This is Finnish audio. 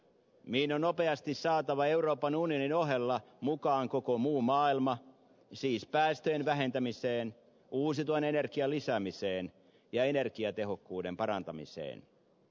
meidän on nopeasti saatava euroopan unionin ohella mukaan koko muu maailma siis päästöjen vähentämiseen uusiutuvan energian lisäämiseen ja energiatehokkuuden parantamiseen